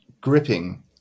gripping